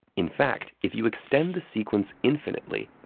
in fact, if you extend the sequence infinitely,